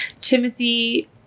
Timothy